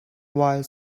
while